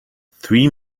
three